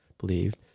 believed